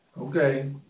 Okay